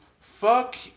Fuck